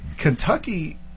Kentucky